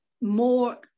more